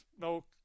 no